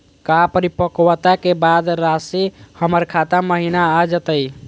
का परिपक्वता के बाद रासी हमर खाता महिना आ जइतई?